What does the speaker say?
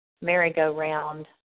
merry-go-round